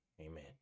Amen